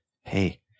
Hey